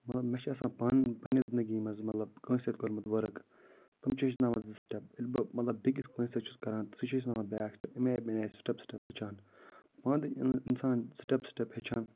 مطلب مےٚ چھِ آسان پانہٕ پَنٛنہِ زندگی منٛز مطلب کانٛسہِ سۭتۍ کوٚرمُت ؤرٕک تِم چھِ ہیٚچھناوان زٕ سِٹیٚپ ییٚلہِ بہٕ مطلب بیٚکِس کانٛسہِ سۭتۍ چھُس کران سُہ چھِ ہیٚچھناوان بیاکھ سِٹیٚپ أمۍ ایہِ بَنے سِٹیٚپ سِٹیٚپ ہٮ۪چھان مانہٕ تہِ اِنسان سِٹیٚپ سِٹیٚپ ہٮ۪چھان